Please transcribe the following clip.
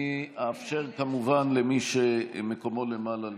אני אאפשר כמובן למי שמקומו למעלה להשתתף,